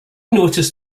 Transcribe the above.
noticed